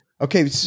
Okay